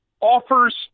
offers